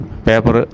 Paper